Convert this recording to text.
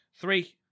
three